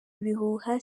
ibihuha